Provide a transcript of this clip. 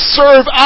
serve